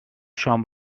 شام